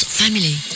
family